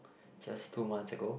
just two month ago